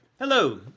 Hello